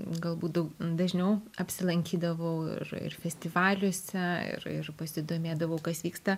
galbūt daug dažniau apsilankydavau ir ir festivaliuose ir ir pasidomėdavau kas vyksta